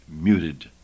muted